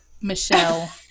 Michelle